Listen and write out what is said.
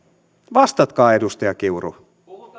vastatkaa edustaja kiuru